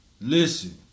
listen